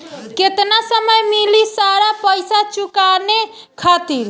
केतना समय मिली सारा पेईसा चुकाने खातिर?